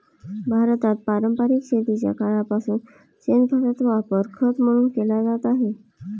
भारतात पारंपरिक शेतीच्या काळापासून शेणखताचा वापर खत म्हणून केला जात आहे